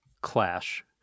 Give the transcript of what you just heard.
clash